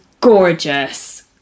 gorgeous